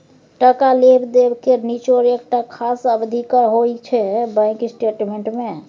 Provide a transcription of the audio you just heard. टका लेब देब केर निचोड़ एकटा खास अबधीक होइ छै बैंक स्टेटमेंट मे